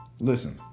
Listen